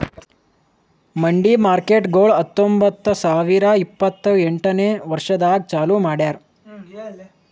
ಮಂಡಿ ಮಾರ್ಕೇಟ್ಗೊಳ್ ಹತೊಂಬತ್ತ ಸಾವಿರ ಇಪ್ಪತ್ತು ಎಂಟನೇ ವರ್ಷದಾಗ್ ಚಾಲೂ ಮಾಡ್ಯಾರ್